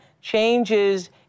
changes